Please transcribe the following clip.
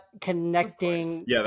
connecting